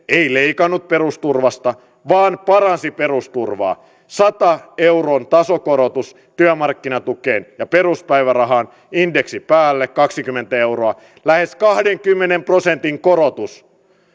ei leikannut perusturvasta vaan paransi perusturvaa sadan euron tasokorotus työmarkkinatukeen ja peruspäivärahaan indeksi päälle kaksikymmentä euroa lähes kahdenkymmenen prosentin korotus